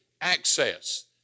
access